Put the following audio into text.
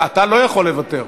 אתה לא יכול לוותר.